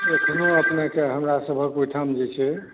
एखनो अपनेक हमरासभक ओहिठाम जे छै